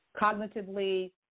cognitively